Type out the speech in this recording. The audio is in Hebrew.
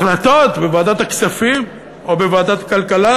החלטות בוועדת הכספים או בוועדת הכלכלה,